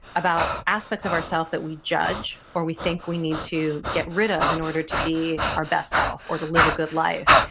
aspects of ourself that we judge or we think we need to get rid of in order to be our best self or to live a good life,